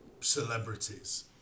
celebrities